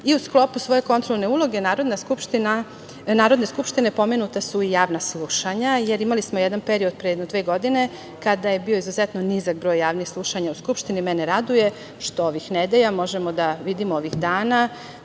sklopu svoje kontrolne uloge Narodne skupštine pomenuta su i javna slušanja, jer imali smo jedan period pre dve godine, kada je bio izuzetno nizak broj javnih slušanja u Skupštini. Mene raduje što ovih nedelja možemo da vidimo, ovih dana,